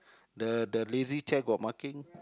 the the lazy chair got marking